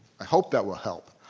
i hope that will help.